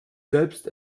selbst